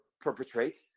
perpetrate